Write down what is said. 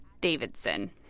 Davidson